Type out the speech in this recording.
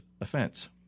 offense